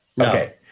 Okay